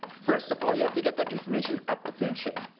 first of all, you have to get that information up the food chain.